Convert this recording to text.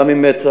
גם עם מצ"ח,